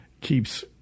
keeps